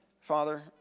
Father